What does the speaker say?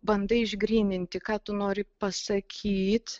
bandai išgryninti ką tu nori pasakyt